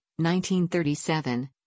1937